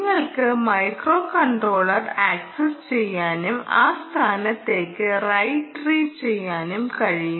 നിങ്ങൾക്ക് microcontroller access ചെയ്യാനും ആ സ്ഥാനത്തേക്ക് റൈറ്റ് റീഡ് ചെയ്യാനും കഴിയും